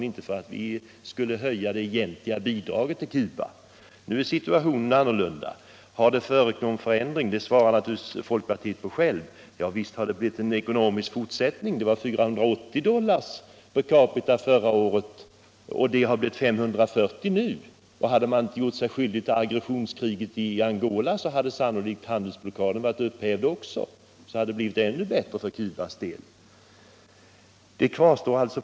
Vi ville inte höja det egentliga bidraget till Cuba. Nu är situationen annorlunda. Har det skett en förändring? Den frågan svarar naturligtvis folkpartiet självt på. Visst har det blivit en ekonomisk förbättring. Bruttonationalprodukten var 480 dollar per capita förra året mot 540 i år. Om Cuba inte deltagit i aggressionskriget i Angola, hade sannolikt handelsblockaden varit upphävd. Då hade siffrorna för Cuba blivit ännu bättre.